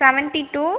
seventy two